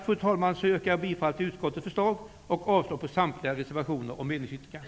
Med det anförda yrkar jag bifall till utskottets förslag och avslag på samtliga reservationer och på meningsyttringen.